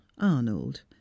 arnold